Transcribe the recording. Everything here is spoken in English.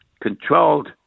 controlled